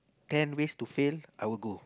ten ways to fail I will go